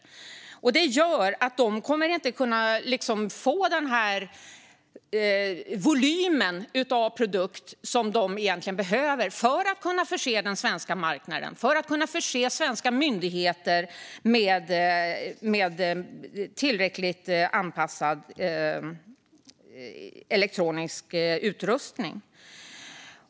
Det innebära att dessa produkter inte kommer att nå upp till den volym som egentligen behövs för att förse den svenska marknaden eller myndigheter med tillräcklig mängd anpassad elektronisk utrustning.